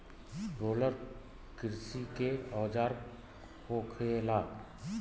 roller किरसी के औजार होखेला